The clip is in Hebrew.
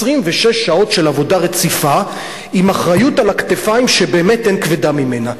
26 שעות של עבודה רציפה עם אחריות על הכתפיים שבאמת אין כבדה ממנה.